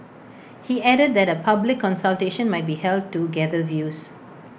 he added that A public consultation might be held to gather views